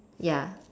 ya